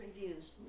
reviews